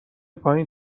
پایین